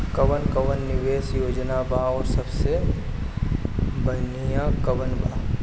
कवन कवन निवेस योजना बा और सबसे बनिहा कवन बा?